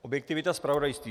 Objektivita zpravodajství.